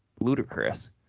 ludicrous